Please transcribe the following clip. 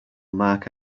mark